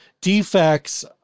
defects